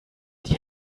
die